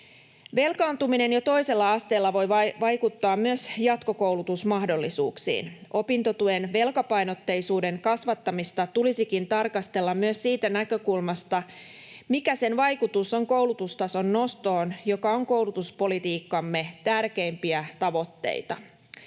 Velkaantuminen jo toisella asteella voi vaikuttaa myös jatkokoulutusmahdollisuuksiin. Opintotuen velkapainotteisuuden kasvattamista tulisikin tarkastella myös siitä näkökulmasta, mikä sen vaikutus on koulutustason nostoon, joka on koulutuspolitiikkamme tärkeimpiä tavoitteita.